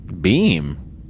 Beam